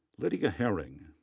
lydia herring,